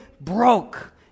broke